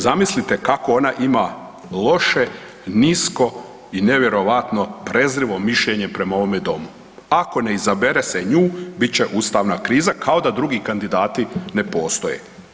Zamislite kako ona ima loše, nisko i nevjerojatno prezrivo mišljenje prema ovome domu, ako ne izabere se nju bit će ustavna kriza, kao da drugi kandidati ne postoje.